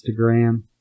Instagram